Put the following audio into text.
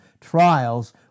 trials